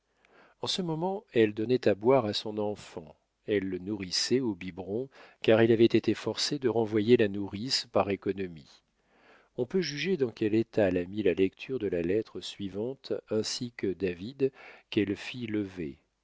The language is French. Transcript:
en ce moment elle donnait à boire à son enfant elle le nourrissait au biberon car elle avait été forcée de renvoyer la nourrice par économie on peut juger dans quel état la mit la lecture de la lettre suivante ainsi que david qu'elle fit lever